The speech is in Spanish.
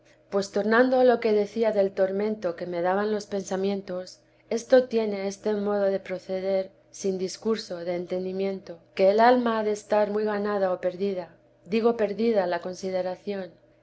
pues tornando a lo que decía del tormento que me daban los pensamientos esto tiene este modo de proceder sin discurso de entendimiento que el alma ha de estar muy ganada o perdida digo perdida la consideración